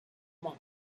monk